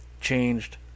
changed